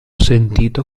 sentito